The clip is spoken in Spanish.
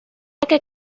que